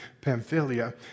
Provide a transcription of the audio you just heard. Pamphylia